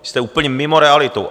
Jste úplně mimo realitu.